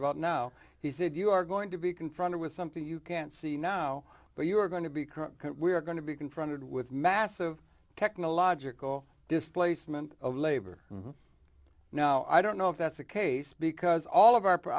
about now he said you are going to be confronted with something you can't see now but you are going to be current we're going to be confronted with massive technological displacement of labor now i don't know if that's the case because all of our